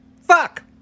Fuck